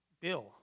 bill